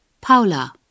Paula